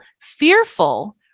fearful